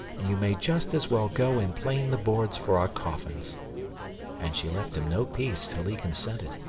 and you may just as well go and plane the boards for our coffins and she left him no peace till he consented.